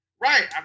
Right